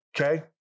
Okay